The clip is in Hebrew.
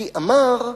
כי אמר: